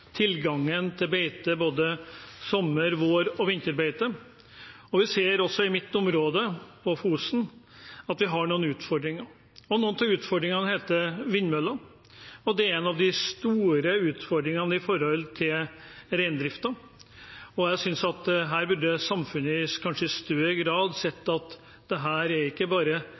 tilgangen til beite, både sommer-, vår- og vinterbeite. Vi ser også i mitt område, på Fosen, at vi har noen utfordringer. Noen av utfordringene heter vindmøller, og det er en av de store utfordringene for reindriften. Jeg synes at samfunnet kanskje i større grad burde sett at dette er ikke bare